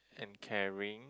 and caring